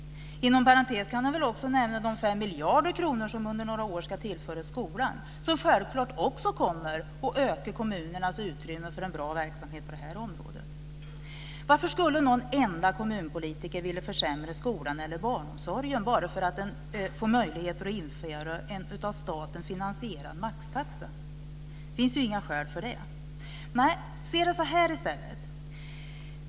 Inom parentes kan man väl också nämna de 5 miljarder kronor som under några år ska tillföras skolan, som självklart också kommer att öka kommunernas utrymme för en bra verksamhet på det här området. Varför skulle någon enda kommunpolitiker vilja försämra skolan eller barnomsorgen bara för att man får möjlighet att införa en av staten finansierad maxtaxa? Det finns inga skäl för det. Nej, se det så här i stället!